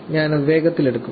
ഞാൻ അത് വേഗത്തിൽ എടുക്കും